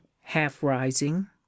half-rising